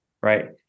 right